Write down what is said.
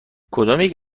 کدامیک